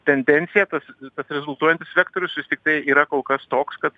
tendencija tas tas rezultuojantis vektorius vis tiktai yra kol kas toks kad